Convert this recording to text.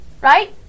Right